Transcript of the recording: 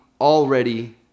already